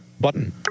Button